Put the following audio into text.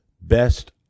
best